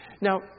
Now